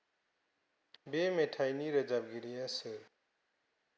बे मेथायनि रोजाबगिरिया सोर